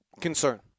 concern